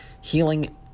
healing